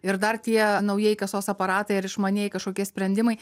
ir dar tie naujieji kasos aparatai ar išmanieji kažkokie sprendimai